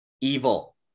evil